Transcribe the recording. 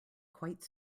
quite